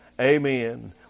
Amen